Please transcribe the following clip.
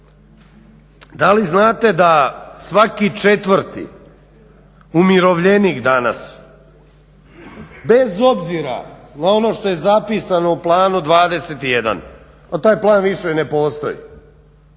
Da li znate da svaki 4 umirovljenik danas bez obzira na ono što je zapisano u Planu 21, a taj plan više ne postoji